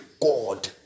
God